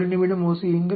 ஒரு நிமிடம் யோசியுங்கள்